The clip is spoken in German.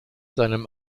seinem